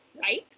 right